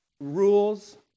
rules